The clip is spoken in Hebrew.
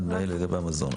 אחד מאלה לגבי המזון.